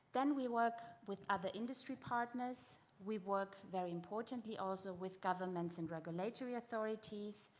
then we work with other industry partners, we work very importantly also with governments and regulatory authorities.